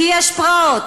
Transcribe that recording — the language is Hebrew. כי יש פרעות.